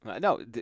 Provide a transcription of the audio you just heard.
No